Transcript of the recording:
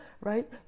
right